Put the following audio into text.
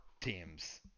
teams